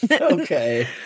okay